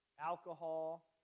alcohol